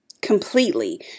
completely